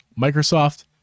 Microsoft